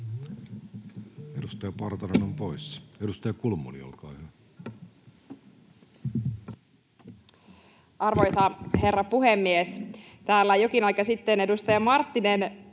Edustaja Partanen poissa. — Edustaja Kulmuni, olkaa hyvä. Arvoisa herra puhemies! Täällä jokin aika sitten edustaja Marttinen